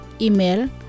Email